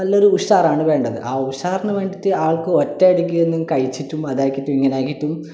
നല്ലൊരു ഉഷാറാണ് വേണ്ടത് ആ ഉഷാറിന് വേണ്ടിയിട്ട് ആൾക്ക് ഒറ്റയടിക്കൊന്നും കഴിച്ചിട്ടും അതാക്കിയിട്ടും ഇങ്ങനെ ആക്കിയിട്ടും